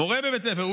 מורה בבית ספר.